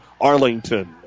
Arlington